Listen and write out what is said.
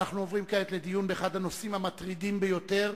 אנחנו עוברים כעת לדיון באחד הנושאים המטרידים ביותר,